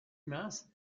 mince